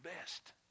best